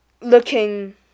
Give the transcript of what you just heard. looking